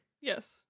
yes